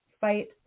fight